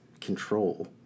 control